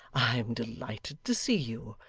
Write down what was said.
i am delighted to see you,